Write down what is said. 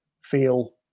feel